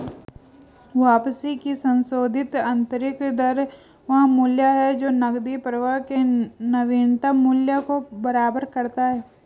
वापसी की संशोधित आंतरिक दर वह मूल्य है जो नकदी प्रवाह के नवीनतम मूल्य को बराबर करता है